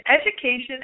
education